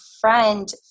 friend